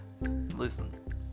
Listen